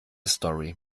story